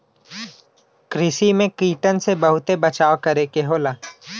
कृषि में कीटन से बहुते बचाव करे क होला